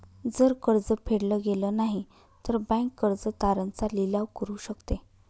जर कर्ज फेडल गेलं नाही, तर बँक कर्ज तारण चा लिलाव करू शकते